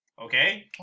okay